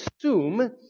assume